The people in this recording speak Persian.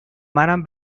منم